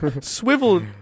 swiveled